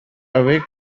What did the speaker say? awake